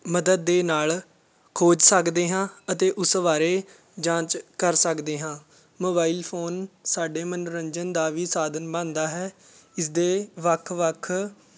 ਮਦਦ ਦੇ ਨਾਲ ਖੋਜ ਸਕਦੇ ਹਾਂ ਅਤੇ ਉਸ ਬਾਰੇ ਜਾਂਚ ਕਰ ਸਕਦੇ ਹਾਂ ਮੋਬਾਇਲ ਫੋਨ ਸਾਡੇ ਮਨੋਰੰਜਨ ਦਾ ਵੀ ਸਾਧਨ ਬਣਦਾ ਹੈ ਇਸ ਦੇ ਵੱਖ ਵੱਖ